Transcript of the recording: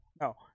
no